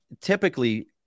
typically